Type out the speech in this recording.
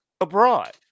abroad